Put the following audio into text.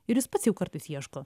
ir jis pats jau kartais ieško